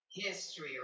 history